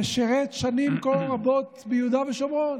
ששירת שנים כה רבות ביהודה ושומרון,